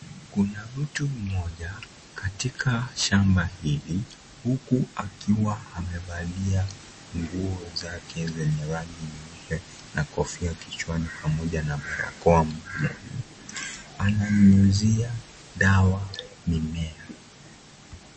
Kuna mtu mmoja katika shamba hili huku akiwa amevalia nguo zake zenye rangi nyeupe na kofia kichwani pamoja na barakoa ananyunyuzia dawa mimea.